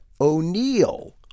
O'Neill